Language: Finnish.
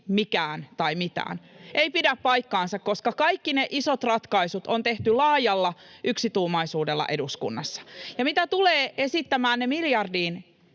miljardi mitään, eivät pidä paikkaansa, koska kaikki ne isot ratkaisut on tehty laajalla yksituumaisuudella eduskunnassa. Ja mitä tulee esittämäänne miljardiin,